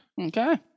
okay